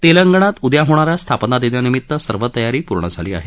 तेलंगणात उद्या होणा या स्थापनादिनानिमित सर्व तयारी पूर्ण झाली आहे